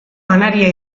janaria